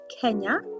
Kenya